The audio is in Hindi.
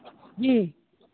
जी